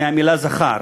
מהמילה "זכר",